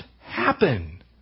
happen